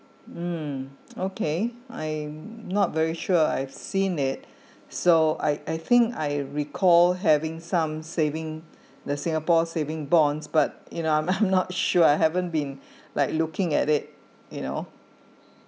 mm okay I'm not very sure I've seen it so I I think I recall having some saving the singapore saving bonds but you know um I'm not sure I haven't been like looking at it you know